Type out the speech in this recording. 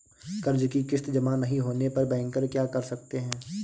कर्ज कि किश्त जमा नहीं होने पर बैंकर क्या कर सकते हैं?